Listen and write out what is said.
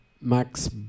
Max